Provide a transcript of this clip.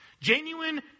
genuine